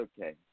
okay